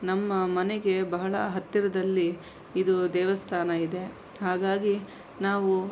ನಮ್ಮ ಮನೆಗೆ ಬಹಳ ಹತ್ತಿರದಲ್ಲಿ ಇದು ದೇವಸ್ಥಾನ ಇದೆ ಹಾಗಾಗಿ ನಾವು